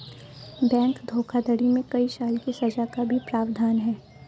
bank धोखाधड़ी में कई साल की सज़ा का भी प्रावधान है